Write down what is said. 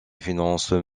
financent